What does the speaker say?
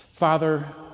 Father